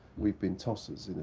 we've been tossers,